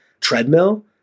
treadmill